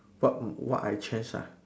what what I change ah